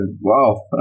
Wow